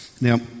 Now